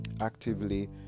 actively